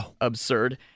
absurd